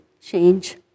change